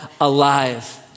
alive